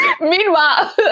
Meanwhile